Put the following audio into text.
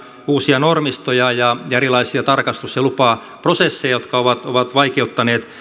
uusia normistoja ja erilaisia tarkastus ja lupaprosesseja jotka ovat ovat vaikeuttaneet